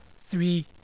three